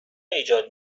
ایجاد